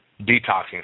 detoxing